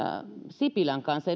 sipilän kanssa